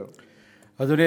דברי,